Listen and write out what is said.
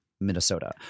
Minnesota